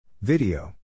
Video